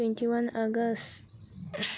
twenty one August